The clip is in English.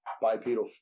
bipedal